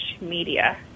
media